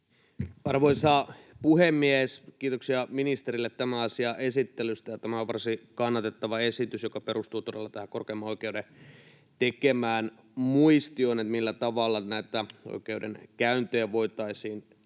Arvoisa puhemies! Kiitoksia ministerille tämän asian esittelystä. Tämä on varsin kannatettava esitys, joka perustuu todella tähän korkeimman oikeuden tekemään muistioon siitä, millä tavalla näitä oikeudenkäyntejä voitaisiin tehostaa